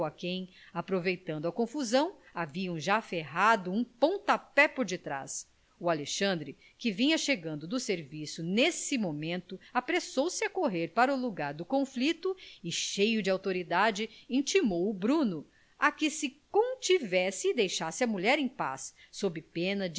quem aproveitando a confusão haviam já ferrado um pontapé por detrás o alexandre que vinha chegando do serviço nesse momento apressou-se a correr para o lugar do conflito e cheio de autoridade intimou o bruno a que se contivesse e deixasse a mulher em paz sob pena